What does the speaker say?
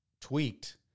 tweaked